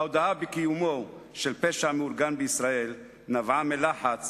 ההודאה בקיומו של פשע מאורגן בישראל נבעה מלחץ